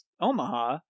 Omaha